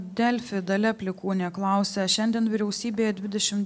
delfi dalia plikūnė klausia šiandien vyriausybėje dvidešimt